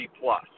plus